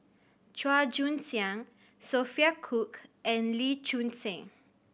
Chua Joon Siang Sophia Cooke and Lee Choon Seng